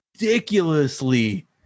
ridiculously